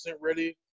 ready